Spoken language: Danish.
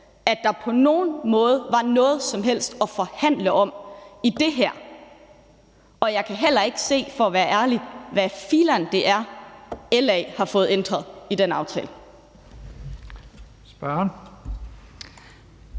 at der på nogen måde var noget som helst at forhandle om i det her, og jeg kan for at være ærlig heller ikke se, hvad filan det er, LA har fået ændret i den aftale.